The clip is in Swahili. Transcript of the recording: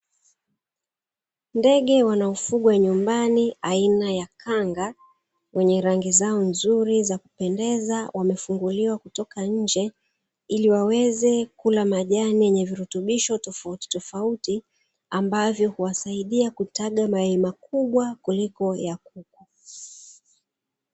Ndege wanaofugwa nyumbani aina ya kanga, wenye rangi zao za kupendeza wamefunguliwa kutoka nje ili wale majani yenye virutubisho tofautitofauti, ambayo husaidia kutaga mayai makubwa kuliko ya kuku.